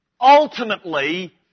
ultimately